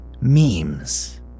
memes